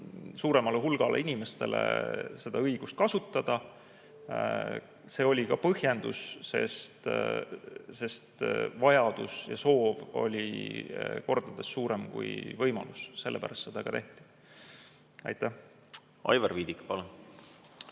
suuremale hulgale inimestele seda õigust kasutada. See oli ka põhjendus, sest vajadus ja soov oli kordades suurem kui võimalus, sellepärast seda ka tehti. Aivar Viidik, palun!